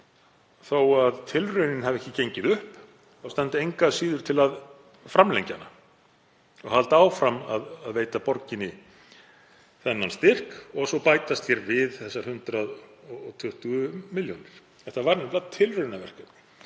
þó að tilraunin hafi ekki gengið upp standi engu að síður til að framlengja hana og halda áfram að veita borginni þennan styrk. Og svo bætast við þessar 120 milljónir. Þetta var nefnilega tilraunaverkefni.